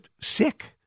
sick